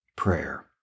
prayer